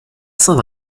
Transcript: saint